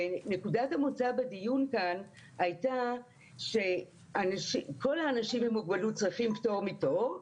נקודת המוצא בדיון כאן הייתה שכל האנשים עם מוגבלות צריכים פטור מתור,